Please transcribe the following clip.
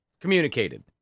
Communicated